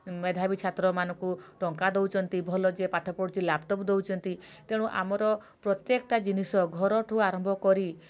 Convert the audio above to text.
ମେଧାବୀ ଛାତ୍ର ମାନଙ୍କୁ ଟଙ୍କା ଦଉଛନ୍ତି ଭଲ ଯିଏ ପାଠ ପଢ଼ୁଛି ଲ୍ୟାପଟପ୍ ଦଉଛନ୍ତି ତେଣୁ ଆମର ପ୍ରତ୍ୟେକ ଟା ଜିନିଷ ଘରଠୁ ଆରମ୍ଭ କରି